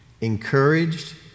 encouraged